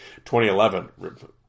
2011